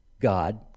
God